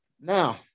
Now